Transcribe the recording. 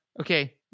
okay